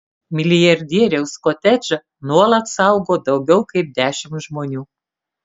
milijardieriaus kotedžą nuolat saugo daugiau kaip dešimt žmonių